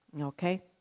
okay